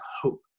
hope